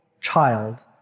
child